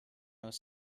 was